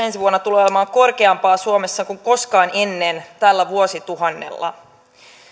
ensi vuonna tulee olemaan korkeampaa suomessa kuin koskaan ennen tällä vuosituhannella